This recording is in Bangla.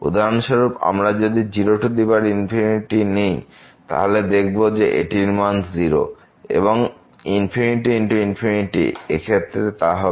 উদাহরণস্বরূপ আমরা যদি নেই 0 তাহলে দেখব যে এটির মান 0 এবং এবং ∞×∞ এর ক্ষেত্রে তা হবে